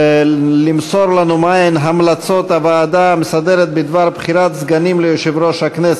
למסור לנו מהן המלצות הוועדה המסדרת בדבר בחירת סגנים ליושב-ראש הכנסת.